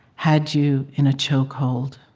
had you in a chokehold,